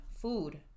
food